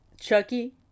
Chucky